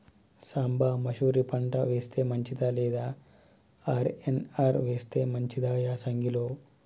సాంబ మషూరి పంట వేస్తే మంచిదా లేదా ఆర్.ఎన్.ఆర్ వేస్తే మంచిదా యాసంగి లో?